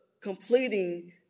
completing